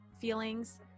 feelings